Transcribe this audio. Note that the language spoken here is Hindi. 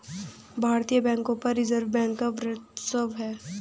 भारतीय बैंकों पर रिजर्व बैंक का वर्चस्व है